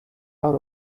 out